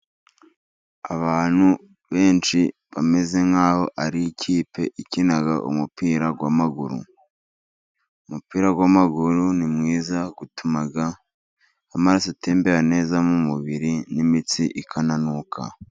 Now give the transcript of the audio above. Abantu benshi bameze nkaho ari ikipe ikina umupira w'maguru ,umupira w'amaguru ni mwiza utuma amaraso atemmbera neza mu mubiri n'imitsi ikananuka.